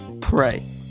Pray